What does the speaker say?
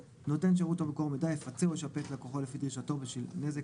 נותן שירות או מקור מידע יפצה או ישפה את לקוחו לפי דרישתו בשל נזק